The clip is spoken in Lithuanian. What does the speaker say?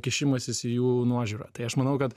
kišimasis į jų nuožiūrą tai aš manau kad